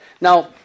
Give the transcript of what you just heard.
Now